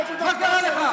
מה קרה לך?